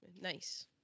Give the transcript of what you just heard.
Nice